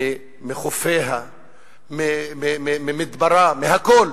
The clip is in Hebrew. מחופיה, ממדברה, מהכול.